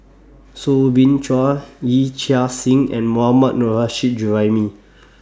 Soo Bin Chua Yee Chia Hsing and Mohammad Nurrasyid Juraimi